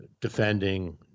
defending